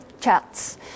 Chats